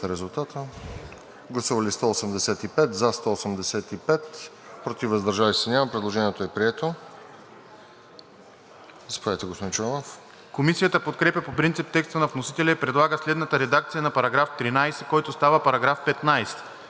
Комисията подкрепя по принцип текста на вносителя и предлага следната редакция на § 13, който става § 15: „§ 15.